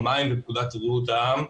חוק המים ופקודת בריאות העם,